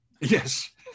Yes